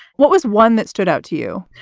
what was one that stood out to you?